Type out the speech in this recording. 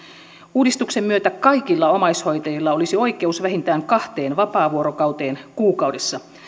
uudistuksen myötä kaikilla omaishoitajilla olisi oikeus vähintään kahteen vapaavuorokauteen kuukaudessa